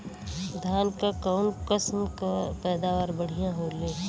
धान क कऊन कसमक पैदावार बढ़िया होले?